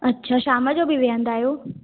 अच्छा शाम जो बि विहंदा आहियो